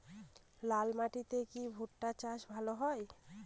লাল মাটিতে কি ভুট্টা চাষ ভালো হয়?